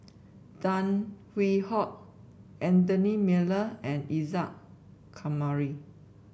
Tan Hwee Hock Anthony Miller and Isa Kamari